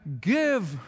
give